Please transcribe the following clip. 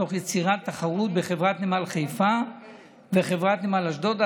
תוך יצירת תחרות בחברת נמל חיפה וחברת נמל אשדוד,